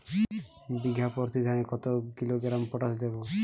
বিঘাপ্রতি ধানে কত কিলোগ্রাম পটাশ দেবো?